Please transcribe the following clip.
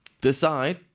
decide